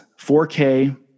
4K